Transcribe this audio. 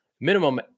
Minimum